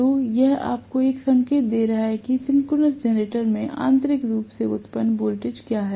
तो यह आपको एक संकेत दे रहा है कि एक सिंक्रोनस जनरेटर में आंतरिक रूप से उत्पन्न वोल्टेज क्या है